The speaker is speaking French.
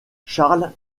charles